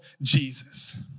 Jesus